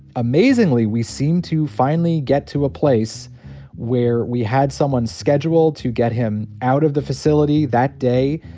amazingly, we seemed to finally get to a place where we had someone scheduled to get him out of the facility that day.